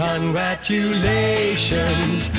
Congratulations